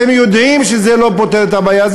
אתה עושה, אתם יודעים שזה לא פותר את הבעיה.